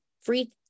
free